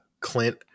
Clint